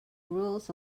rules